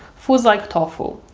foods like tofu.